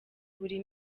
buri